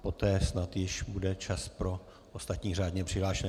Poté snad již bude čas pro ostatní řádně přihlášené.